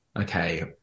okay